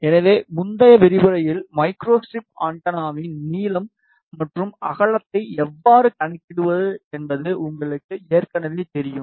எனவே முந்தைய விரிவுரையில் மைக்ரோஸ்ட்ரிப் ஆண்டெனாவின் நீளம் மற்றும் அகலத்தை எவ்வாறு கணக்கிடுவது என்பது உங்களுக்கு ஏற்கனவே தெரியும்